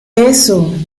eso